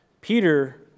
Peter